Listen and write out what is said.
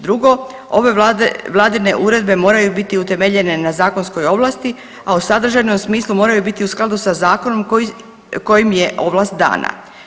Drugo, ove vladine uredbe moraju biti utemeljene na zakonskoj ovlasti, a u sadržajnom smislu moraju biti u skladu sa zakonom kojim im je ovlast dana.